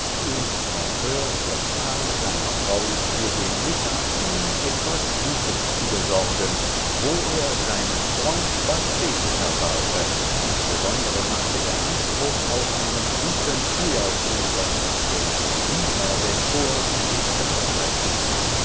und francur befahl seiner frau für den mittag ihm etwas gutes zu besorgen wo er seinen freund basset erwarte insbesondre machte er anspruch auf einen guten eierkuchen denn die hühner des forts legten fleißig